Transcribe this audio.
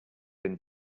been